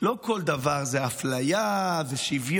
לא כל דבר זה אפליה ושוויון.